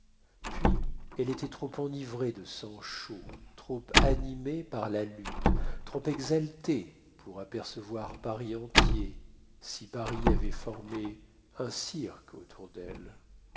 puis elle était trop enivrée de sang chaud trop animée par la lutte trop exaltée pour apercevoir paris entier si paris avait formé un cirque autour d'elle